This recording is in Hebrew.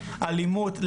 אלימות,